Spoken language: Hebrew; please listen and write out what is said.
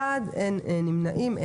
הצבעה אושר אין מתנגדים ואין נמנעים.